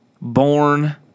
Born